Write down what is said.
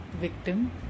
victim